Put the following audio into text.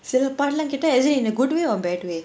தரலாம்டா:tharalaamdaa is it in a good way or bad way